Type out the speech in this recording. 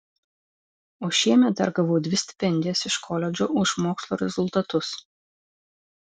o šiemet dar gavau dvi stipendijas iš koledžo už mokslo rezultatus